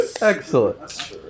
Excellent